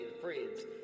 friends